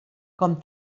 com